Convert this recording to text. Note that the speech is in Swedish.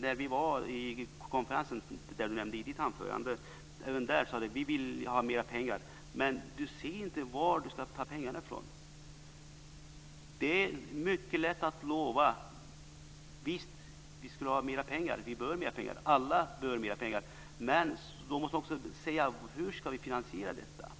När vi var på den konferens hon nämnde i sitt anförande sade hon även där: Vi vill ha mer pengar. Men hon säger inte var hon ska ta pengarna. Det är mycket lätt att lova. Visst skulle vi ha mer pengar. Vi behöver mer pengar. Alla behöver mer pengar. Men då måste man också säga hur man ska finansiera detta.